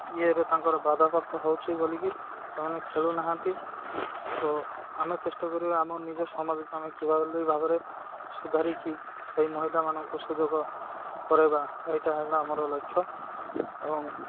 ଇଏରେ ତାଙ୍କର ବାଧା ପ୍ରାପ୍ତ ହେଉଛିି ବୋଲିକି ସେମାନେ ଖେଳୁନାହାନ୍ତି ତ ଆମେ ଚେଷ୍ଟା କରିବା ଆମ ନିଜ ସମାଜକୁ ଆମେ କିଭଳି ଭାବରେ ସୁଧାରିକି ସେଇ ମହିଳାମାନଙ୍କୁ ସୁଯୋଗ କରାଇବା ଏଇଟା ହେଲା ଆମର ଲକ୍ଷ୍ୟ ଏବଂ